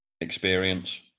experience